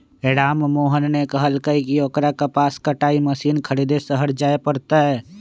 राममोहन ने कहल कई की ओकरा कपास कटाई मशीन खरीदे शहर जाय पड़ तय